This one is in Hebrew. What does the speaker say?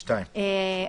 (ח)(2)